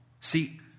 See